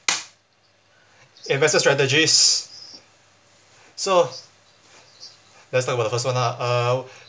investment strategies so let's talk about the first one ah uh